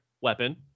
weapon